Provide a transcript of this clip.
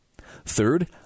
Third